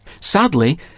Sadly